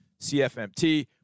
CFMT